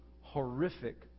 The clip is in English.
horrific